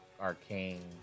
arcane